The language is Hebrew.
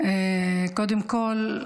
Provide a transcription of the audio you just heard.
קודם כול,